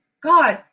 God